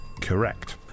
Correct